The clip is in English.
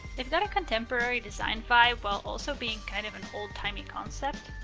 they've got a contemporary design vibe while also being kind of an old-timey concept.